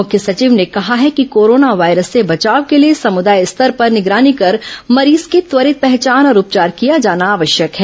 मुख्य सचिव ने कहा है कि कोरोना वायरस से बचाव के लिए समुदाय स्तर पर निगरानी कर मरीज की त्वरित पहचान और उपचार किया जाना आवश्यक है